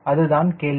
அதுதான் கேள்வி